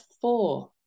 four